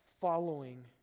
following